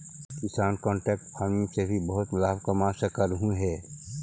किसान contract farming से भी बहुत लाभ कमा सकलहुं हे